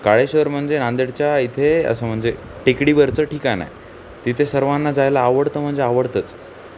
काळेश्वर म्हणजे नांदेडच्या इथे असं म्हणजे टेकडीवरचं ठिकाण आहे तिथे सर्वांना जायला आवडतं म्हणजे आवडतंच